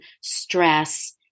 stress